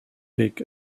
big